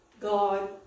God